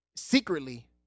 secretly